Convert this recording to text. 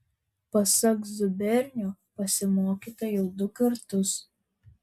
pasak zubernio pasimokyta jau du kartus